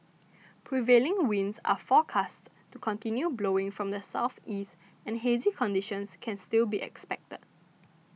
prevailing winds are forecast to continue blowing from the southeast and hazy conditions can still be expected